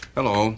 Hello